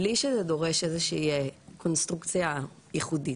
בלי שזה דורש איזושהי קונסטרוקציה ייחודית?